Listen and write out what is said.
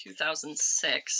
2006